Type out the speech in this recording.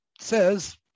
says